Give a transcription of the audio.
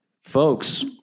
Folks